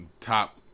top